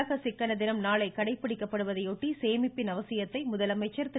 உலக சிக்கன தினம் நாளை கடைபிடிக்கப்படுவதையொட்டி சேமிப்பின் அவசியத்தை முதலமைச்சர் திரு